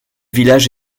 village